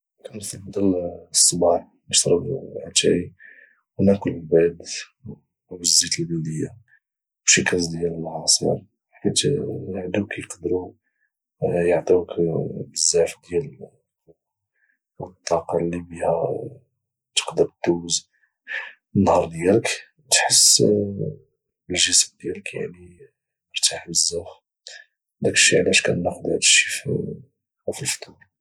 كنفضل الصباح نشرب اتاي وناكل البيض او الزيت البلديه وشي كاس ديال العصير حيت هادو كيقدرو يعطيوك بزاف ديال القوة والطاقة اللي بها تقدر دوز النهار ديالك وتحس بالجسم ديالك يعني مرتاح بزاف داكشي علاش كناخد هادشي في الفطور